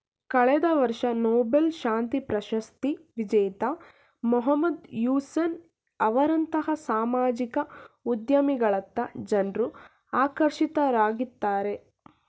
ಕಳೆದ ವರ್ಷ ನೊಬೆಲ್ ಶಾಂತಿ ಪ್ರಶಸ್ತಿ ವಿಜೇತ ಮಹಮ್ಮದ್ ಯೂನಸ್ ಅವರಂತಹ ಸಾಮಾಜಿಕ ಉದ್ಯಮಿಗಳತ್ತ ಜನ್ರು ಆಕರ್ಷಿತರಾಗಿದ್ದಾರೆ